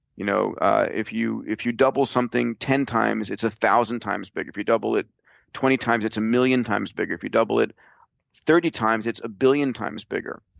you know if you if you double something ten times, it's a thousand times bigger. if you double it twenty times, it's a million times bigger. if you double it thirty times, it's a billion times bigger.